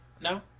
No